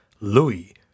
Louis